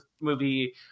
movie